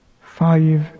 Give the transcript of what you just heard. Five